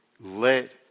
let